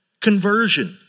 conversion